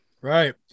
right